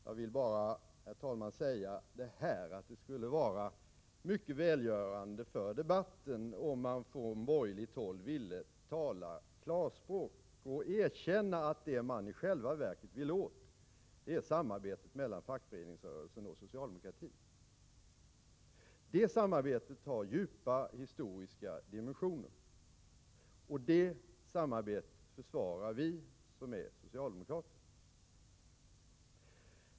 Jag vill, herr talman, enbart säga att det skulle vara mycket välgörande för debatten om man från borgerligt håll ville tala klarspråk och erkänna att det man i själva verket vill åt är samarbetet mellan fackföreningsrörelsen och socialdemokratin. Det samarbetet har djupa historiska rötter, och det samarbetet försvarar vi socialdemokrater.